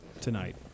tonight